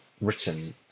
written